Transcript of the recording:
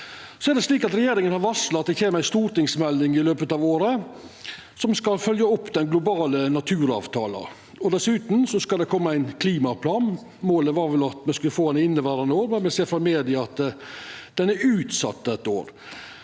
med ny skog. Regjeringa har varsla at det kjem ei stortingsmelding i løpet av året som skal følgja opp den globale naturavtalen, og dessutan skal det koma ein klimaplan. Målet var vel at me skulle få han i inneverande år, men me ser frå media at han er utsett eit år.